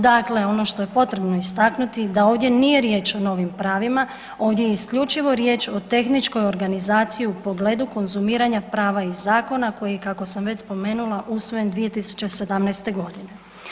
Dakle, ono što je potrebno istaknuti, da ovdje nije riječ o novim pravima, ovdje je isključivo riječ o tehničkoj organizaciji u pogledu konzumiranja prava iz zakona koji je kako sam već spomenula, usvojen 2017. godine.